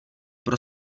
pro